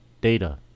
data